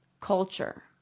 culture